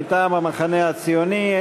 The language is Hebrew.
מטעם המחנה הציוני,